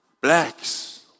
Blacks